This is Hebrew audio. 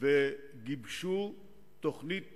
וגיבשו תוכנית